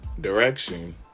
direction